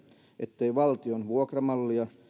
ettei valtion vuokramallia